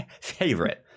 favorite